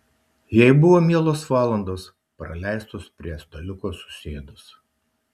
jai buvo mielos valandos praleistos prie staliuko susėdus